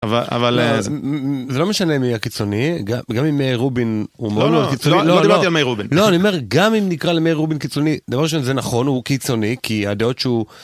אבל זה לא משנה אם יהיה קיצוני, גם אם מאיר רובין הוא קיצוני, לא אני אומר גם אם נקרא למאיר רובין קיצוני, דבר ראשון זה נכון הוא קיצוני כי הדעות שהוא.